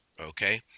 Okay